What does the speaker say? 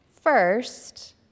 First